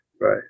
Right